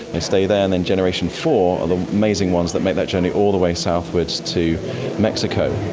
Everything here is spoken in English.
they stay there, and then generation four are the amazing ones that make that journey all the way southwards to mexico.